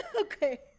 Okay